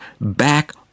back